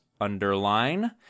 underline